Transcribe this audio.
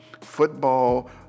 football